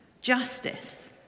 justice